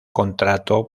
contrato